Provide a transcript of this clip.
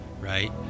right